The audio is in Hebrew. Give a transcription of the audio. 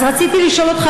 אז רציתי לשאול אותך,